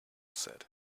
said